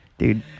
Dude